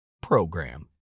PROGRAM